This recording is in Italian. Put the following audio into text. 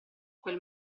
quel